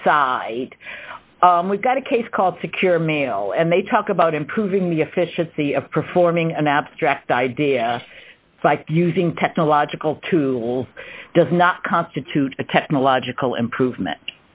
aside we've got a case called secure mail and they talk about improving the efficiency of performing an abstract idea by using technological tools does not constitute a technological improvement